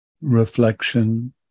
reflection